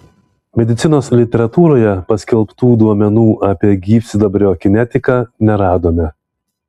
medicinos literatūroje paskelbtų duomenų apie gyvsidabrio kinetiką neradome